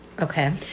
Okay